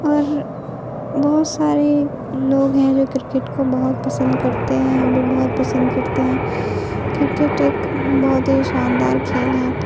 اور بہت ساری لوگ ہیں جو کرکٹ کو بہت پسند کرتے ہیں ہم بھی بہت پسند کرتے ہیں کرکٹ ایک بہت ہی شاندار کھیل ہے